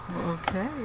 okay